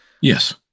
Yes